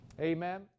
Amen